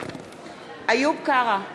איוב קרא,